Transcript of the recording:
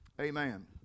Amen